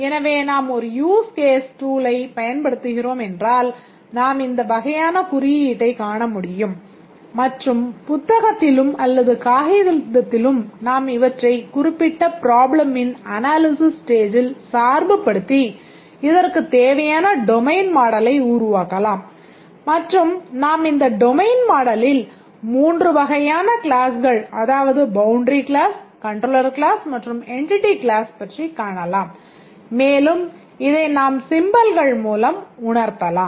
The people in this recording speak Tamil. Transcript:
எனவே நாம் ஒரு use case tool ஐ பயன்படுத்துகிறோம் என்றால் நாம் இந்த வகையான குறியீட்டைக் காண முடியும் மற்றும் புத்தகத்திலும் அல்லது காகிதத்திலும் நாம் இவற்றை குறிப்பிட்ட Problem த்தின் அனாலிசிஸ் ஸ்டேஜில் சார்பு படுத்தி இதற்குத் தேவையான டொமைன் மாடலை மூலம் உணர்த்தலாம்